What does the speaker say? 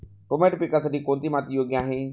Tomato पिकासाठी कोणती माती योग्य आहे?